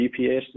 GPS